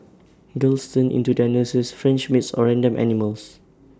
girls turn into their nurses French maids or random animals